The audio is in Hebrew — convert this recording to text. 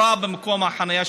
במלאכה?